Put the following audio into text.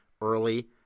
early